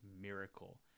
Miracle